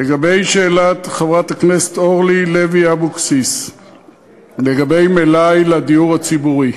לגבי שאלת חברת הכנסת אורלי לוי אבקסיס לגבי מלאי לדיור הציבורי: